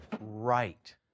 Right